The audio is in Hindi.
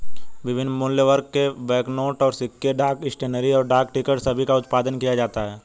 विभिन्न मूल्यवर्ग के बैंकनोट और सिक्के, डाक स्टेशनरी, और डाक टिकट सभी का उत्पादन किया जाता है